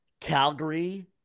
Calgary